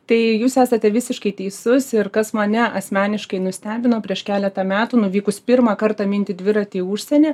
tai jūs esate visiškai teisus ir kas mane asmeniškai nustebino prieš keletą metų nuvykus pirmą kartą minti dviratį į užsienį